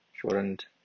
Shortened